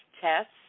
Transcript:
tests